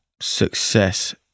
success